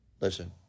Listen